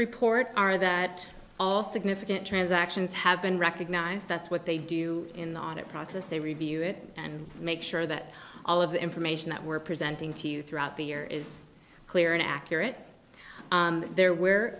report are that all significant transactions have been recognized that's what they do in the audit process they review it and make sure that all of the information that we're presenting to you throughout the year is clear and accurate there were